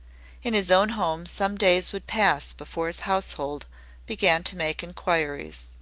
in his own home some days would pass before his household began to make inquiries.